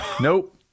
Nope